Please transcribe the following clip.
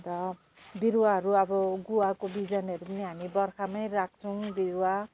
अन्त बिरुवाहरू अब गुवाको बिजनहरू पनि हामी बर्खामै राख्छौँ बिरुवा